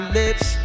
lips